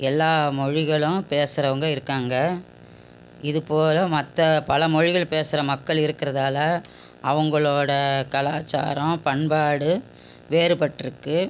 எல்லா மொழிகளும் பேசுறவங்க இருக்காங்க இதுபோக மற்ற பல மொழிகள் பேசுகிற மக்கள் இருக்குறதால அவங்களோட கலாச்சாரம் பண்பாடு வேறுப்பட்டுருக்கு